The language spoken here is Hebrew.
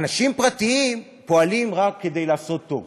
אנשים פרטיים פועלים רק כדי לעשות טוב,